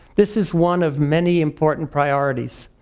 this is one of many important priorities.